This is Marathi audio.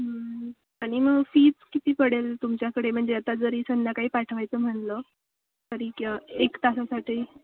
आणि मग फीज किती पडेल तुमच्याकडे म्हणजे आता जरी संध्याकाळी पाठवायचं म्हणलं तरी क एक तासासाठी